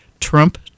Trump